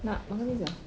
nak makan pizza